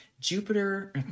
Jupiter